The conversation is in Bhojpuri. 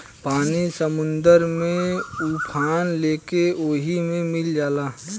पानी समुंदर में उफान लेके ओहि मे मिल जाला